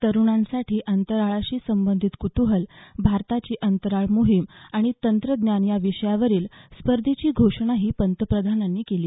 तरुणांसाठी अंतराळाशी संबंधित कुतूहल भारताची अंतराळ मोहीम आणि तंत्रज्ञान या विषयांवरील स्पर्धेची घोषणाही पंतप्रधानांनी केली